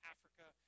Africa